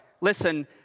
Listen